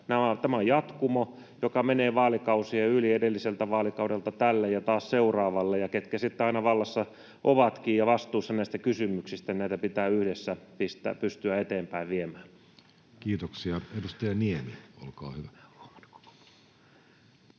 tämä on jatkumo, joka menee vaalikausien yli edelliseltä vaalikaudelta tälle ja taas seuraavalle, ja ketkä sitten aina vallassa ovatkin ja vastuussa näistä kysymyksistä, niin näitä pitää yhdessä pystyä eteenpäin viemään. [Speech 398] Speaker: